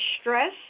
stress